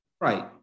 Right